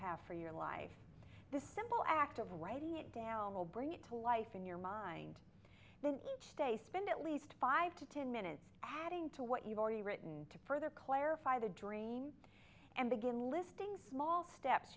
have for your life the simple act of writing it down will bring it to life in your mind each day spend at least five to ten minutes adding to what you've already written to further clarify the dream and begin listing small steps